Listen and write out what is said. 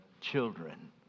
children